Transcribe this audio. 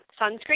sunscreen